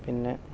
പിന്നെ